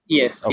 yes